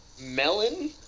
Melon